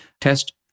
test